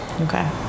okay